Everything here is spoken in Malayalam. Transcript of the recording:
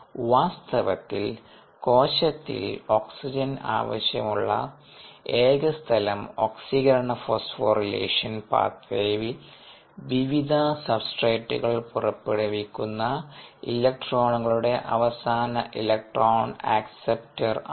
വാസ്തവത്തിൽ കോശത്തിൽ ഓക്സിജൻ ആവശ്യമുള്ള ഏക സ്ഥലം ഓക്സീകരണ ഫോസ്ഫോറിലേഷൻ പാത്ത് വേയിൽ വിവിധ സബ്സ്ട്രേറ്റുകൾ പുറപ്പെടുവിക്കുന്ന ഇലക്ട്രോണുകളുടെ അവസാന ഇലക്ട്രോൺ ആക്സപ്ടെർ ആകും